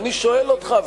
ואני שואל אותך,